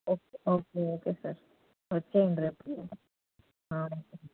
okay okay okay sir వచ్చేయండి రేపు